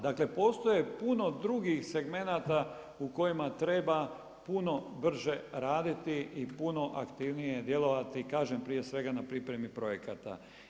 Dakle postoji puno drugih segmenata u kojima treba puno brže raditi i puno aktivnije djelovati kažem prije svega na pripremi projekata.